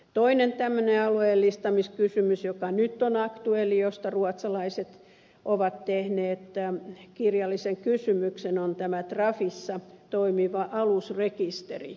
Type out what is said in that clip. toinen tämmöinen alueellistamiskysymys joka nyt on aktuelli ja josta ruotsalaiset ovat tehneet kirjallisen kysymyksen on tämä trafissa toimiva alusrekisteri